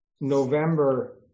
November